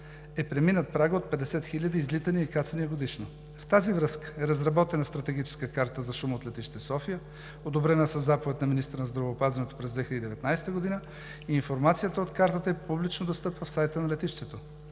е преминат прага от 50 хиляди излитания и кацания годишно. В тази връзка е разработена стратегическа карта за шума от летище София, одобрена със заповед на министъра на здравеопазването през 2019 г. и информацията от картата е публично достъпна в сайта на летището.